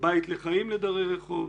בית לחיים לדרי רחוב,